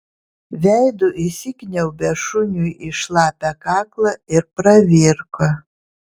veidu įsikniaubė šuniui į šlapią kaklą ir pravirko